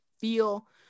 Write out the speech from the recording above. feel